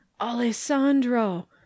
Alessandro